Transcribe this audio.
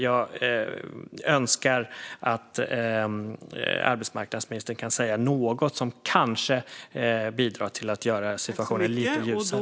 Jag önskar att arbetsmarknadsministern kan säga något som kanske bidrar till att göra situationen lite ljusare.